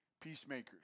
peacemakers